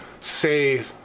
say